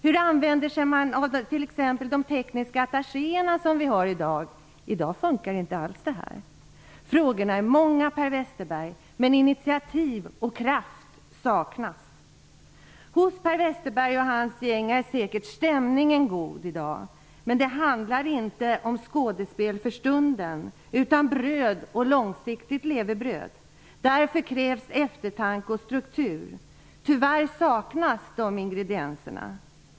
Hur använder man t.ex. de tekniska attachéer som vi har i dag? Detta fungerar för närvarande inte alls. Frågorna är många, Per Westerberg, men iniativ och kraft saknas. Hos Per Westerberg och hans gäng är stämningen säkert god i dag, men det handlar inte om skådespel för stunden utom om långsiktigt levebröd. Det krävs därför eftertanke och strukturinsatser. Tyvärr saknas de ingredienserna.